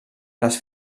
les